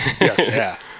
Yes